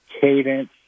cadence